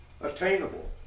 attainable